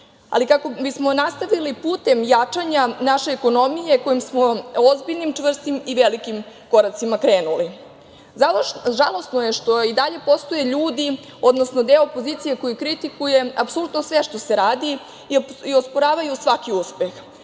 ali i kako bismo nastavili putem jačanja naše ekonomije kojim smo ozbiljnim, čvrstim i velikim koracima krenuli. Žalosno je što i dalje postoje ljudi, odnosno deo opozicije koji kritikuje apsolutno sve što se radi i osporavaju svaki uspeh,